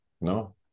No